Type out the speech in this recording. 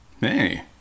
Hey